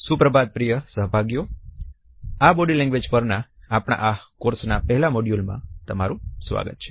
સુપ્રભાત પ્રિય સહભાગીઓ આ બોડી લેંગ્વેજ પરના આપણા આ કોર્સના પહેલા મોડ્યુલમાં તમારું સ્વાગત છે